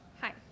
Hi